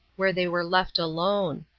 where they were left alone.